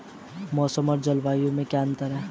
मौसम और जलवायु में क्या अंतर?